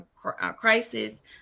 crisis